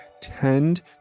tend